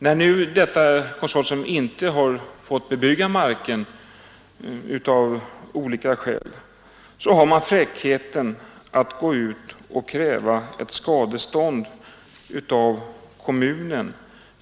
När detta konsortium nu av olika skäl inte fått bebygga marken som man hade tänkt sig har man fräckheten att kräva skadestånd av kommunen.